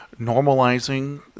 normalizing